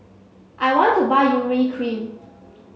I want to buy Urea cream